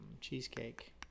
cheesecake